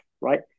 right